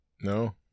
No